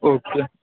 okay